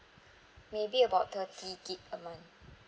maybe about thirty gig a month